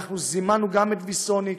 זימנו גם את ויסוניק